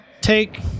Take